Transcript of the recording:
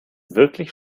wirklich